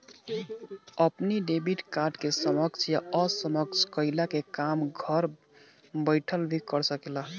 अपनी debit card के सक्षम या असक्षम कईला के काम घर बैठल भी कर सकेला